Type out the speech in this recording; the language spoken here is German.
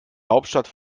hauptstadt